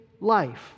life